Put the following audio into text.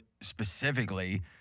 specifically